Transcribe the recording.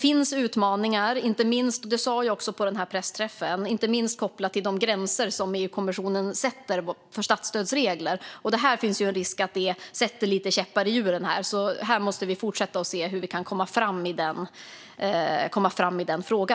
Som jag sa på pressträffen finns det utmaningar, inte minst kopplat till de gränser som EU-kommissionen sätter för statsstöd. Det finns risk att det sätter lite käppar i hjulen, så här måste vi fortsätta att se hur vi kan komma fram i denna fråga.